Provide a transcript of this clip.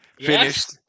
finished